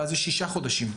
ואז זה שישה חודשים.